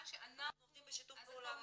מה שאנחנו --- אנחנו עובדים בשיתוף פעולה מלא.